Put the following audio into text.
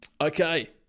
Okay